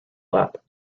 lap